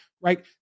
right